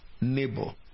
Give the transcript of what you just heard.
neighbor